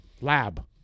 lab